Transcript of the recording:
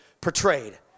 portrayed